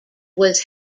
was